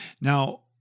Now